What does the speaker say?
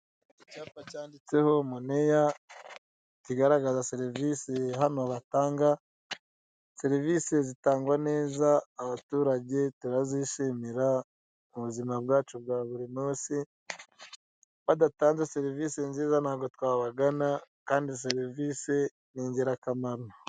Icyapa cyanditseho moneya kigaragaza serivise hano batanga, serivise zitangwa neza abaturage turazishimira mu buzima bwacu bwa buri munsi. Badatanze serivise nziza ntago twabagana kandi serivise ni ingirakamaro.